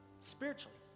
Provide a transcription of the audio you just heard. spiritually